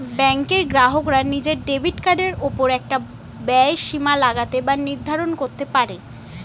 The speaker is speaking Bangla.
ব্যাঙ্কের গ্রাহকরা নিজের ডেবিট কার্ডের ওপর একটা ব্যয়ের সীমা লাগাতে বা নির্ধারণ করতে পারে